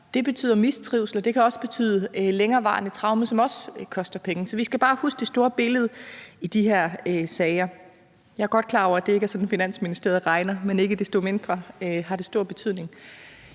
Det betyder mistrivsel, og det kan også betyde længerevarende traumer, som også koster penge. Så vi skal bare huske det store billede i de her sager. Jeg er godt klar over, at det ikke er sådan, Finansministeriet regner, men ikke desto mindre har det stor betydning.